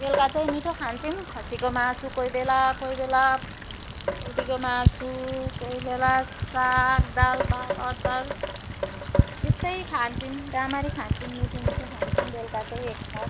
बेलुका चाहिँ मिठो खान्छौँ खसीको मासु कोही बेला कोही बेला पोल्ट्रीको मासु कोही बेला साग दाल वा अचार यस्तै खान्छौँ राम्ररी खान्छौँ मिठो मिठो खान्छौँ बेलुका चाहिँ एक छाक